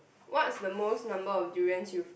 what's the most number of durians you've